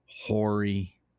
hoary